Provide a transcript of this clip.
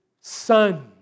Son